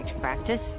practice